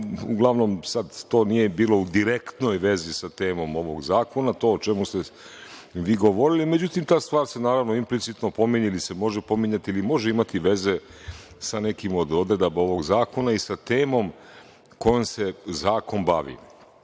poslaniče, to nije bilo u direktnoj vezi sa temom ovog zakona, to o čemu ste vi govorili. Međutim, ta stvar se naravno implicitno pominje ili se može pominjati ili može imati veze sa nekim od odredaba ovog zakona i sa temom kojom se zakon bavi. Sada